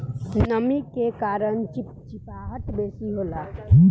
नमी के कारण चिपचिपाहट बेसी होला